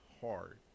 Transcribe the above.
hard